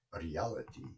reality